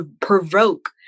provoke